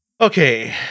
Okay